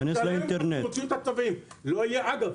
אגב,